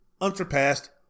Unsurpassed